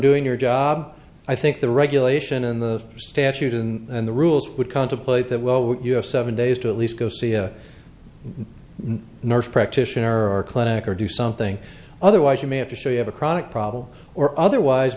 doing your job i think the regulation and the statute and the rules would contemplate that well when you have seven days to at least go see a nurse practitioner or clinic or do something otherwise you may have to show you have a chronic problem or otherwise